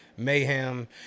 Mayhem